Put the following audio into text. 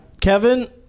Kevin